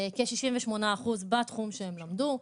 כ-68% בתחום שהם למדו.